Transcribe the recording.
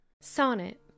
Sonnet